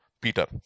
Peter